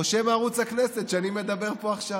או שמא בערוץ הכנסת, שאני מדבר בו עכשיו.